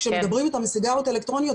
כשמדברים איתם על סיגריות אלקטרוניות,